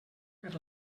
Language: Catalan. per